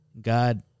God